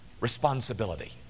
responsibility